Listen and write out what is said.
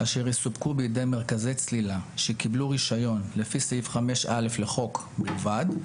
אשר יסופקו בידי מרכזי צלילה שקיבלו רישיון לפי סעיף 5(א) לחוק בלבד,